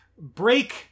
break